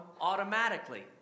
automatically